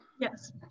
Yes